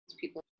people